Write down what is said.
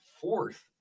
fourth